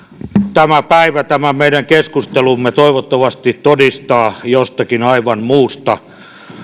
tämä päivä tämä meidän keskustelumme toivottavasti todistavat jostakin aivan muusta